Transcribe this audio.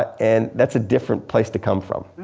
and that's a different place to come from.